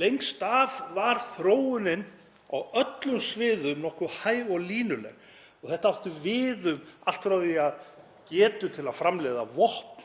Lengst af var þróunin á öllum sviðum nokkuð hæg og línuleg. Þetta átti við um allt frá getu til að framleiða vopn,